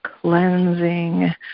cleansing